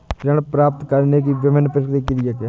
ऋण प्राप्त करने की विभिन्न प्रक्रिया क्या हैं?